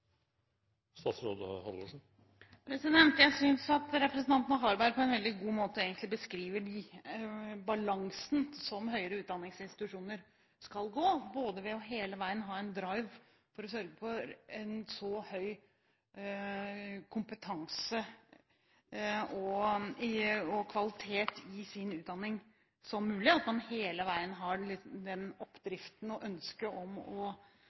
Jeg synes representanten Harberg på en veldig god måte egentlig beskriver den balansegangen som skal være i høyere utdanningsinstitusjoner. Det må hele tiden være en «drive» for å sørge for så høy kompetanse og kvalitet som mulig i utdanningen – man må hele tiden ha den oppdriften og ønsket om å forbedre seg. Samtidig skal man i nær dialog med – i dette tilfellet – sykehus og